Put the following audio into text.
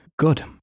Good